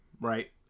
right